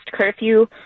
curfew